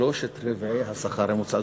שלושת-רבעי השכר הממוצע.